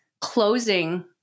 closing